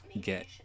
get